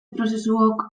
prozesuok